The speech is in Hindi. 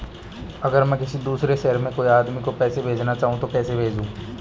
अगर मैं किसी दूसरे शहर में कोई आदमी को पैसे भेजना चाहूँ तो कैसे भेजूँ?